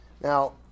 Now